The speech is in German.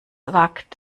wagt